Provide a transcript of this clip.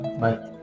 bye